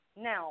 Now